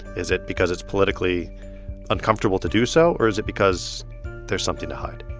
is it because it's politically uncomfortable to do so? or is it because there's something to hide?